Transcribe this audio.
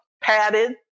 padded